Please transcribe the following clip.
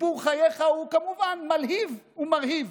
וסיפור חייך הוא כמובן מרהיב ומלהיב.